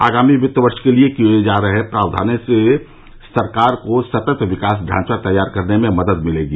आगामी वित्त वर्ष के लिए किये जा रहे प्रावधानों से सरकार को सतत विकास ढांचा तैया करने में मदद मिलेगी